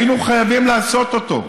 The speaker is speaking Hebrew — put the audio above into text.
היינו חייבים לעשות אותו,